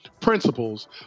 principles